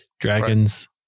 dragons